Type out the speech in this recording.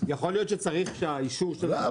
יכול להיות שצריך את האישור --- לא,